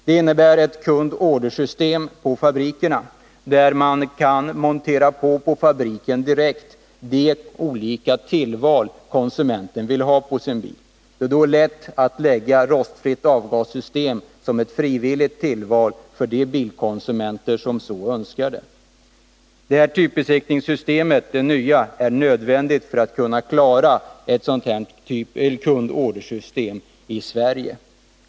Det innebär ett kund-order-system på fabrikerna. På fabriken kan man direkt montera på olika tillvalskomponenter som konsumenten vill ha på sin bil. Det är då lätt att ha ett rostfritt avgassystem som ett frivilligt tillval för de bilkonsumenter som så önskar. Det nya typbesiktningssystemet är nödvändigt för att man i Sverige skall kunna klara ett sådant kund-order-system.